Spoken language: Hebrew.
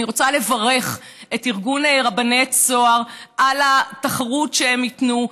אני רוצה לברך את ארגון רבני צהר על התחרות שהם ייתנו,